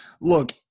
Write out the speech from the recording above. look